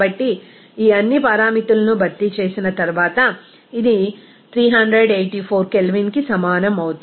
కాబట్టి ఈ అన్ని పారామితులను భర్తీ చేసిన తర్వాత ఇది 384 కెల్విన్కి సమానం అవుతుంది